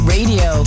Radio